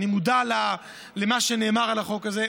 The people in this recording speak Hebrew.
אני מודע למה שנאמר על החוק הזה,